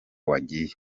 wagiye